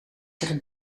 zich